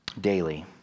daily